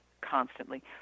constantly